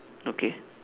okay